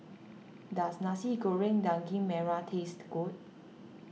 does Nasi Goreng Daging Merah taste good